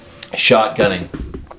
Shotgunning